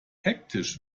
hektisch